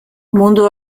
mundu